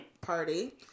party